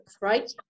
right